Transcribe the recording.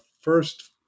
first